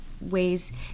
ways